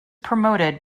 promoted